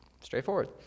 straightforward